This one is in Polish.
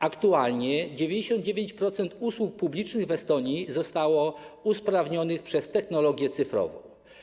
Aktualnie 99% usług publicznych w Estonii zostało usprawnionych przez technologię cyfrową.